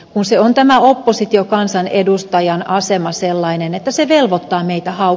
museon tämä oppositiokansanedustajan asema sellainen että se helpottaa niitä hau